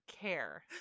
care